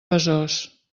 besòs